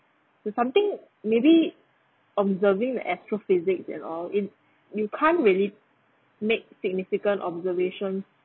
to something maybe observing the astrophysics and all in you can't really make significant observation